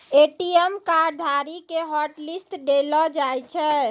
ATM card धारी के hotlist देलो जाय छै